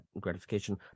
gratification